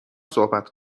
صحبت